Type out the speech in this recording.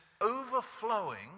overflowing